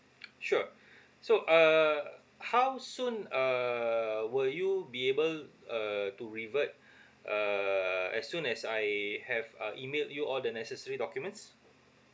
sure so uh how soon uh will you be able uh to revert err as soon as I have uh emailed you all the necessary documents